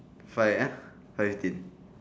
five ah five fifteen